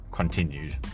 Continued